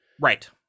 Right